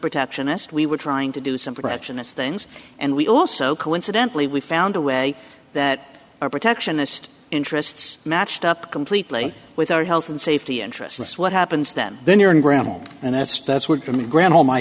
protectionist we were trying to do some protection of things and we also coincidentally we found a way that our protectionist interests matched up completely with our health and safety interests what happens then then you're in graham and that's that's what i mean granholm i